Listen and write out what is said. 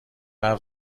حرف